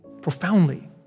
profoundly